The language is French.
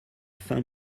fin